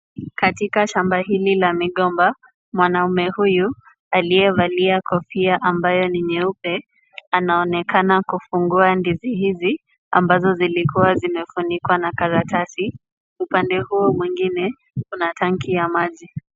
Katika shamba hili la migomba, mwanaume huyu aliyevalia kofia ambayo ni nyeupe, anaonekana kufungua ndizi hizi ambazo zilikuwa zimefunikwa na karatasi. Upande huu mwingine kuna tanki ya maji.